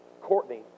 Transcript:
Courtney